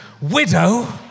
widow